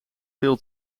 veel